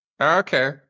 okay